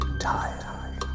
tired